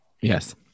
yes